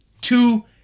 Two